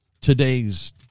today's